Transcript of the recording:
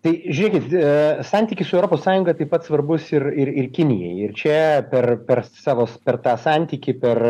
tai žiūrėkit a santykis su europos sąjunga taip pat svarbus ir ir ir kinijai ir čia per per savo s per tą santykį per